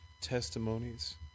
testimonies